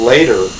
Later